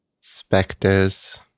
Spectres